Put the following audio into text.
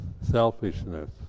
selfishness